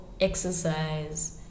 exercise